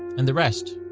and the rest,